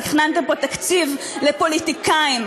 תכננתם פה תקציב לפוליטיקאים,